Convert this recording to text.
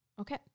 Okay